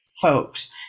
folks